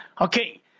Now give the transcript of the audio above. Okay